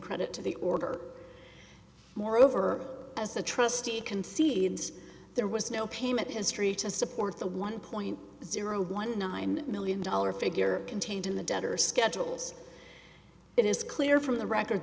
credit to the order moreover as the trustee concedes there was no payment history to support the one point zero one nine million dollar figure contained in the debtor schedules it is clear from the record